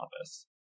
office